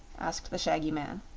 asked the shaggy man.